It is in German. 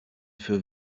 für